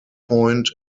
point